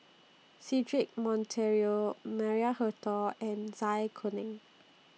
Cedric Monteiro Maria Hertogh and Zai Kuning